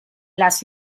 las